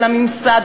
על הממסד,